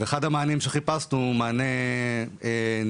ואחד המענים שחיפשנו הוא מענה הוליסטי,